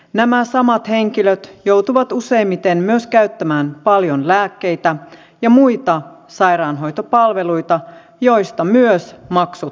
nämä samat henkilöt joutuvat useimmiten myös käyttämään paljon lääkkeitä ja muita sairaanhoitopalveluita joista myös maksut nyt nousevat